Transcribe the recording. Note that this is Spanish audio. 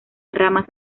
ramas